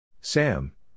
Sam